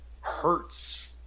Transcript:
hurts